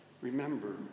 Remember